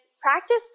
practice